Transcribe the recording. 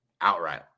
outright